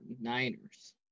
Niners